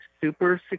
super